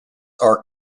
are